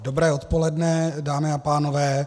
Dobré odpoledne, dámy a pánové.